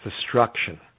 destruction